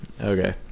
Okay